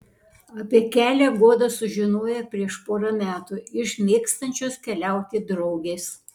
apie kelią guoda sužinojo prieš porą metų iš mėgstančios keliauti draugės